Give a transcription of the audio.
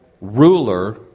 ruler